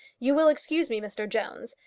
you will excuse me, mr jones,